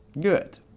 Good